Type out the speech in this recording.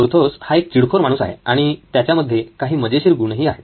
Porthos हा एक चिडखोर माणूस आहे आणि त्याच्यामध्ये काही मजेशीर गुणही आहेत